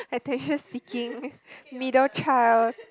attention seeking middle child